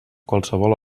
qualsevol